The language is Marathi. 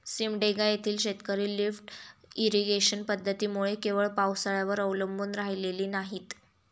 सिमडेगा येथील शेतकरी लिफ्ट इरिगेशन पद्धतीमुळे केवळ पावसाळ्यावर अवलंबून राहिलेली नाहीत